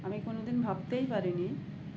আমি কোনো দিন ভাবতেই পারি নি